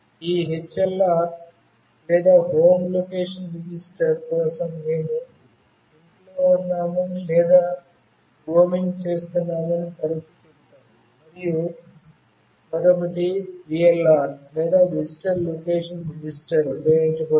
ఈ హెచ్ఎల్ఆర్ లేదా home location register కోసం మేము ఇంట్లో ఉన్నామని లేదా రోమింగ్ చేస్తున్నామని తరచూ చెబుతాము మరియు మరొకటి విఎల్ఆర్ లేదా విజిటర్ లొకేషన్ రిజిస్టర్ ఉపయోగించబడుతుంది